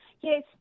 Yes